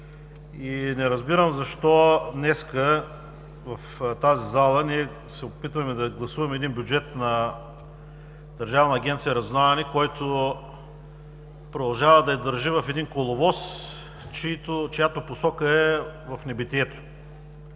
и не разбирам защо днес в тази зала ние се опитваме да гласуваме един бюджет на Държавна агенция „Разузнаване“, който продължава да я държи в един коловоз, чиято посока е в небитието.